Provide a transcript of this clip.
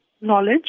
knowledge